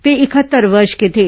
वे इकहत्तर वर्ष के थे